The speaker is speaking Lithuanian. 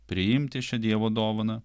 priimti šią dievo dovaną